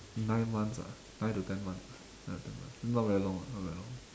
nine months ah nine to ten months ah nine to ten months not very long ah not very long